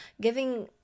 giving